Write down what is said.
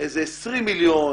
איזה 20 מיליון